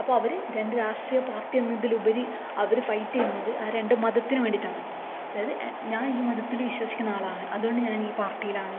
അപ്പോൾ അവർ രണ്ട് രാഷ്ട്രീയ പാർട്ടി എന്നതിലുപരി അവർ ഫൈറ്റ് ചെയ്യുന്നത് ആ രണ്ടു മതത്തിനു വേണ്ടിയിട്ടാണ് അതായത് ഞാൻ ഈ മതത്തിൽ വിശ്വസിക്കുന്ന ആളാണ് അതുകൊണ്ട് ഞാൻ ഈ പാർട്ടിയിലാണ്